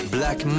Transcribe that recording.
Black